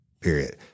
period